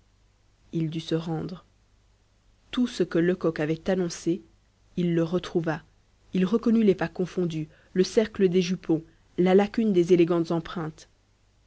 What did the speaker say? il dut se rendre tout ce que lecoq avait annoncé il le retrouva il reconnut les pas confondus le cercle des jupons la lacune des élégantes empreintes